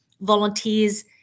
Volunteers